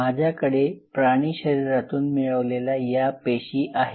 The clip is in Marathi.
माझ्याकडे प्राणी शरीरातून मिळवलेल्या या पेशी आहेत